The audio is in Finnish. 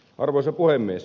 arvoisa puhemies